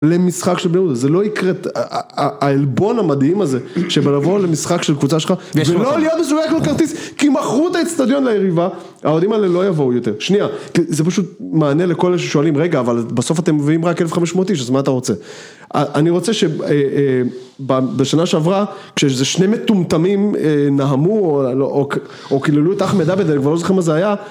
למשחק של בני יהודה. זה לא יקרה העלבון המדהים הזה, שבלבוא למשחק של קבוצה שלך, ולא להיות מסוגל לקנות כרטיס, כי מכרו את האיצטדיון ליריבה, האוהדים האלה לא יבואו יותר. שנייה, זה פשוט מענה לכל אלה ששואלים, רגע, אבל בסוף אתם מביאים רק 1,500 איש, אז מה אתה רוצה? אני רוצה שבשנה שעברה, כשאיזה שני מטומטמים נהמו, או קיללו את אחמד עבד, אני כבר לא זוכר מה זה היה,